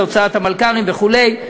והוצאת המלכ"רים וכו'.